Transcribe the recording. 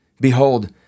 behold